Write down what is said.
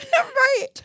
right